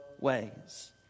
ways